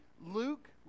Luke